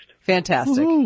Fantastic